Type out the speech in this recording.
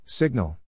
Signal